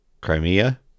crimea